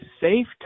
safe